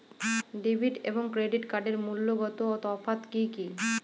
Debit এবং credit কার্ডের মূলগত তফাত কি কী?